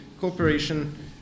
cooperation